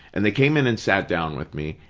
and they came in and sat down with me,